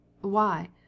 Why